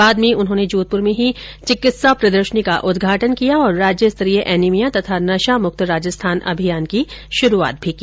बाद में उन्होंने जोधप्र में ही चिकित्सा प्रदर्शनी का उद्घाटन किया है और राज्यस्तरीय एनिमिया तथा नशा मुक्त राजस्थान अभियान की शुरूआत की